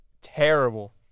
terrible